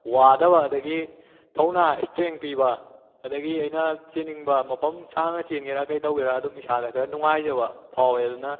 ꯋꯥꯗꯕ ꯑꯗꯒꯤ ꯊꯧꯅꯥ ꯏꯁꯇ꯭ꯔꯦꯡ ꯄꯤꯕ ꯑꯗꯒꯤ ꯑꯩꯅ ꯆꯦꯟꯅꯤꯡꯕ ꯃꯐꯝ ꯁꯥꯡꯅ ꯆꯦꯟꯒꯦꯔꯥ ꯀꯩꯇꯧꯒꯦꯔꯥ ꯑꯗꯨꯝ ꯏꯁꯥꯗ ꯈꯔ ꯅꯨꯡꯉꯥꯏꯖꯕ ꯐꯥꯎꯋꯦ ꯑꯗꯨꯅ